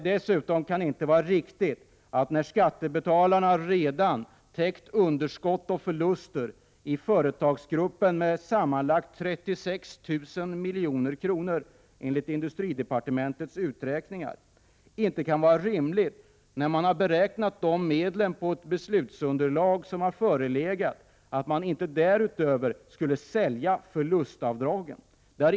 Dessutom kan det inte vara rimligt, när skattebetalarna redan täckt underskott och förluster i företagsgruppen med sammanlagt 36 000 milj.kr., enligt industridepartementets uträkningar, att man därutöver skulle sälja förlustavdragen.